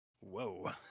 whoa